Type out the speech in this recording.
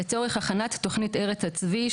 לצורך הכנת תכנית ארץ הצבי,